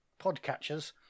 podcatchers